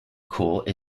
corps